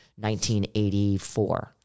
1984